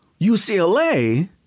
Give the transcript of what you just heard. UCLA